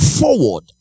forward